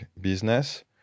business